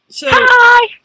Hi